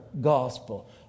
gospel